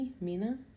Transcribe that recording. Mina